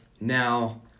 Now